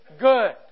good